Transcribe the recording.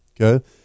Okay